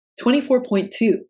24.2